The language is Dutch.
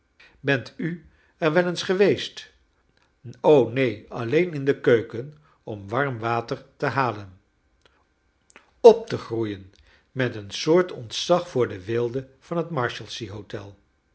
bent u er wel eens geweest neen alleen in de keuken om warm water te halen op te groeien met een soort ontzag voor de weelde van het